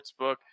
Sportsbook